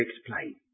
explain